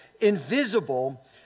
invisible